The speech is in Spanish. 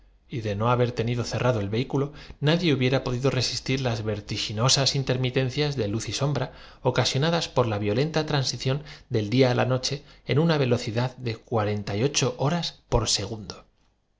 y de no haber tenido cerrado el vehículo nadie hubiera podido resistir las vertiginosas intermi mérides el cómputo era exacto estaban en el año de tencias de luz y sombra ocasionadas por la violenta los castigos transición del día á la noche en una velocidad de cua cerradas las compuertas y vuelta á iluminar la es renta y tancia ocho horas por